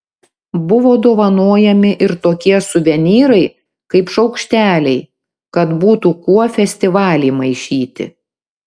buvo dovanojami ir tokie suvenyrai kaip šaukšteliai kad būtų kuo festivalį maišyti